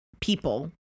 people